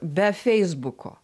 be feisbuko